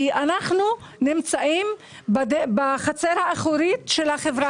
כי אנחנו נמצאים בחצר האחורית של החברה